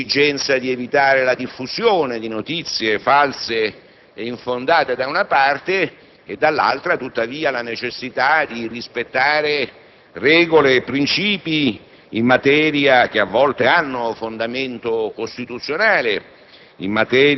l'esigenza di evitare la diffusione di notizie false e infondate da una parte e dall'altra, tuttavia, la necessità di rispettare regole e princìpi, che a volte hanno fondamento costituzionale,